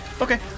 Okay